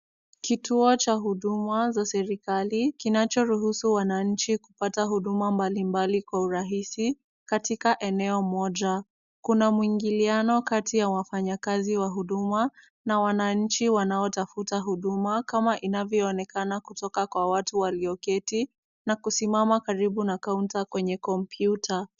Kituo cha huduma za serikali kinachoruhusu wananchi kupata huduma mbalimbali, kwa urahisi katika eneo moja. Kuna mwingiliano kati ya wafanyakazi wa huduma na wananchi wanaotafuta huduma, kama inavyo onekana kutoka kwa watu walioketi na kusimama karibu na kaunta kwenye kompyuta.